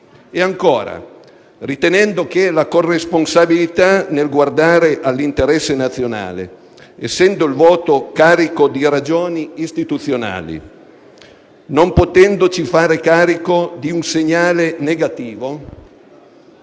banche. Ritenendo che la corresponsabilità nel guardare all'interesse nazionale, essendo il voto carico di ragioni istituzionali, non ci debba portare a farci carico di un segnale negativo,